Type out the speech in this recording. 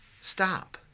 stop